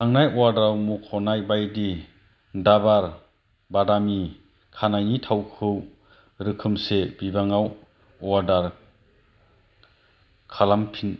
थांनाय अर्डाराव मुंख'नाय बायदि दाबर बादामि खानाइनि थावखौ रोखोमसे बिबाङाव अर्डार खालामफिन